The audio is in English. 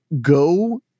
go